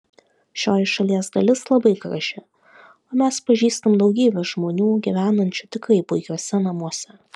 šioji šalies dalis labai graži o mes pažįstam daugybę žmonių gyvenančių tikrai puikiuose namuose